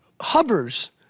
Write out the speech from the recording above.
hovers